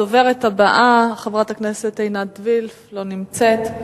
הדוברת הבאה, חברת הכנסת עינת וילף, לא נמצאת.